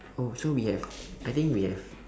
oh so we have I think we have